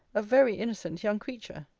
a very innocent young creature.